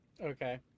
Okay